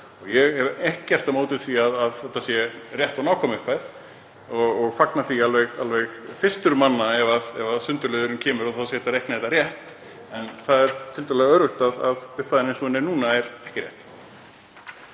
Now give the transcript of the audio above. Ég hef ekkert á móti því að þetta sé rétt og nákvæm upphæð og fagna því fyrstur manna ef sundurliðunin kemur, þá er hægt að reikna þetta rétt. En það er tiltölulega öruggt að upphæðin eins og hún er núna er ekki rétt.